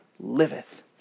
liveth